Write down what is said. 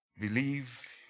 believe